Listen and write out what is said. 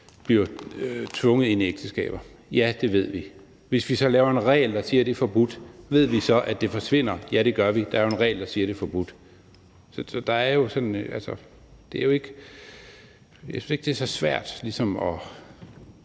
bliver tvunget ind i ægteskaber? Ja, det ved vi. Hvis vi så laver en regel, der siger, at det er forbudt, ved vi så, at det forsvinder? Ja, det gør vi, der er jo en regel, der siger, at det er forbudt. Jeg synes ikke, det er så svært at